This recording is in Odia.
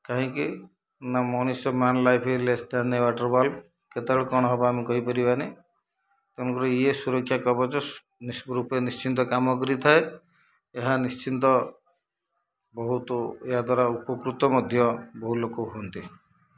କାହିଁକି ନା ମଣିଷ man life is less than a water ball କେତେବେଳେ କ'ଣ ହେବ ଆମେ କହିପାରିବାନି ତେଣୁକରି ଇଏ ସୁରକ୍ଷା କବଚ ନିଷ୍ପ ରୂପେ ନିଶ୍ଚିନ୍ତ କାମ କରିଥାଏ ଏହା ନିଶ୍ଚିନ୍ତ ବହୁତ ଏହାଦ୍ୱାରା ଉପକୃତ ମଧ୍ୟ ବହୁ ଲୋକ ହୁଅନ୍ତି